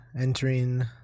entering